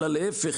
אלא להפך,